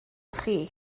chi